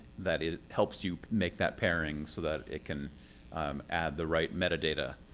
that it helps you make that pairing, so that it can add the right metadata.